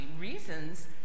reasons